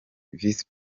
visi